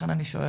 לכן אני שואלת,